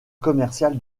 commercial